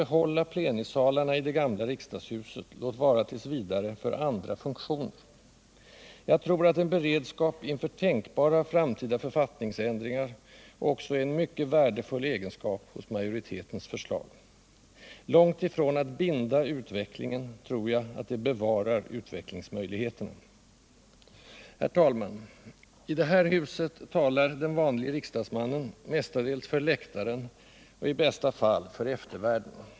behålla plenisalarna i det gamla riksdagshuset — låt vara t. v. för andra funktioner. Jag tror att en beredskap inför tänkbara framtida författningsändringar också är en mycket värdefull egenskap i majoritetens förslag. Långt ifrån att binda utvecklingen tror jag att det bevarar utvecklingsmöjligheterna. Herr talman! I det här huset talar den vanlige riksdagsmannen mestadels för läktaren och — i bästa fall — för eftervärlden.